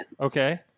Okay